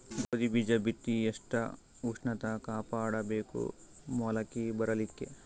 ಗೋಧಿ ಬೀಜ ಬಿತ್ತಿ ಎಷ್ಟ ಉಷ್ಣತ ಕಾಪಾಡ ಬೇಕು ಮೊಲಕಿ ಬರಲಿಕ್ಕೆ?